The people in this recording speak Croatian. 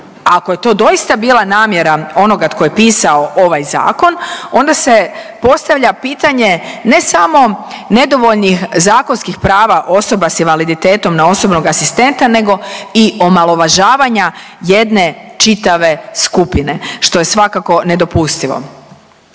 Ako je to doista bila namjera onoga tko je pisao ovaj zakon onda se postavlja pitanje ne samo nedovoljnih zakonskih prava osoba s invaliditetom na osobnog asistenta nego i omalovažavanja jedne čitave skupine što je svakako nedopustivo.